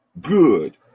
good